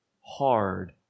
hard